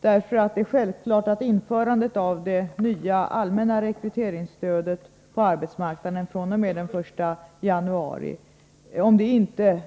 Det är självklart, att om införandet av det nya, allmänna rekryteringsstödet fr.o.m. den 1 januari inte